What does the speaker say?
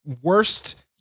worst